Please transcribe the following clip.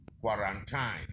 quarantine